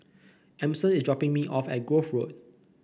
Emmons is dropping me off at Grove Road